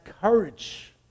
courage